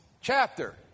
chapter